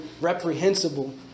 reprehensible